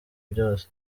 byose